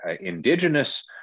Indigenous